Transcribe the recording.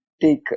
take